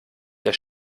der